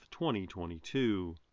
2022